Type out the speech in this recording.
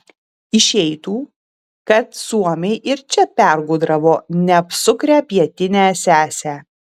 išeitų kad suomiai ir čia pergudravo neapsukrią pietinę sesę